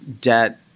debt